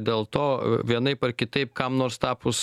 dėl to vienaip ar kitaip kam nors tapus